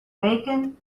bacon